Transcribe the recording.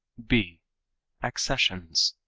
b accessions.